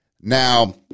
Now